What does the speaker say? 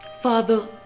Father